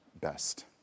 best